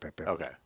Okay